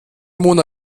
mona